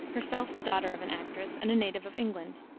herself the daughter of an actress and a native of england.